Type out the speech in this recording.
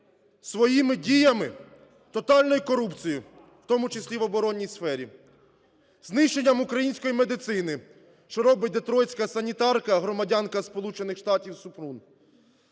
Своїми діями, тотальною корупцією, в тому числі в оборонній сфері, знищенням української медицини, що робить "детройтська санітарка", громадянка Сполучених